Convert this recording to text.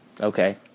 Okay